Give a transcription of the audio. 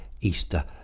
Easter